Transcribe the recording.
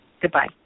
Goodbye